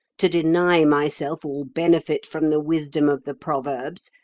to deny myself all benefit from the wisdom of the proverbs,